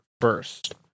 first